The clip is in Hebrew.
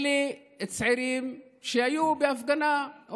אלה צעירים שהיו בהפגנה,